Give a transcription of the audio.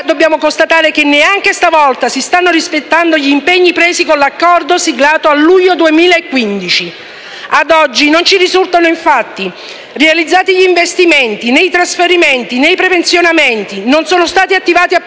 dobbiamo constatare che neanche stavolta si stanno rispettando gli impegni presi con l'accordo siglato a luglio 2015. Ad oggi non ci risultano infatti realizzati gli investimenti, né i trasferimenti, né i prepensionamenti; non sono stati attivati appositi